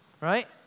Right